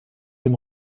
dem